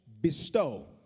bestow